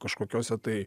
kažkokiose tai